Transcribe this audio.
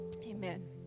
Amen